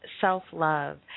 self-love